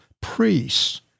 priests